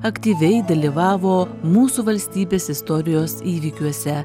aktyviai dalyvavo mūsų valstybės istorijos įvykiuose